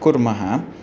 कुर्मः